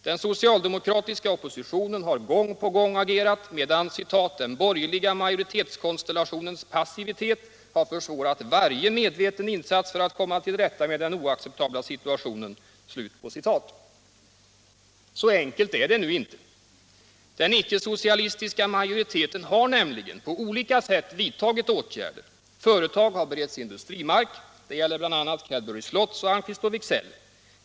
Den socialdemokratiska oppositionen har gång på gång agerat medan ”den borgerliga majoritetskonstellationens passivitet har försvårat varje medveten insats för att komma till rätta med den oacceptabla situationen”. Nr 43 Så enkelt är det nu inte. Den icke-socialistiska majoriteten har nämligen Fredagen den på olika sätt vidtagit åtgärder. Företag har fått industrimark. Det gäller 10 december 1976 bl.a. Cadbury-Slotts och Almqvist & Wiksell.